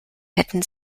hätten